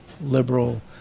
liberal